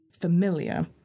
familiar